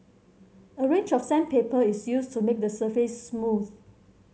a range of sandpaper is used to make the surface smooth